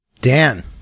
dan